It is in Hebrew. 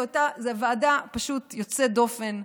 זו ועדה פשוט יוצאת דופן,